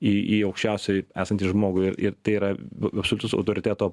į į aukščiausiai esantį žmogų ir ir tai yra absoliutus autoriteto